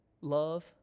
Love